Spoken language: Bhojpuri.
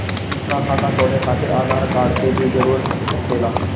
का खाता खोले खातिर आधार कार्ड के भी जरूरत होखेला?